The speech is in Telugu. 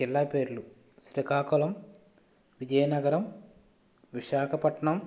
జిల్లా పేర్లు శ్రీకాకుళం విజయనగరం విశాఖపట్నం